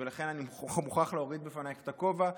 לכן אני מוכרח להוריד בפנייך את הכובע,